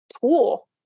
tool